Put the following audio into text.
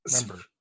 Remember